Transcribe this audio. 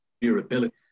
durability